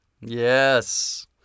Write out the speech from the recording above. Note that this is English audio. Yes